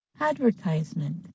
Advertisement